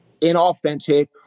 inauthentic